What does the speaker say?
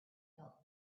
felt